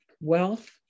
wealth